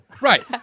Right